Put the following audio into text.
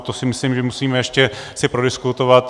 To si myslím, že musíme ještě si prodiskutovat.